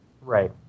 Right